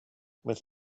with